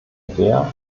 der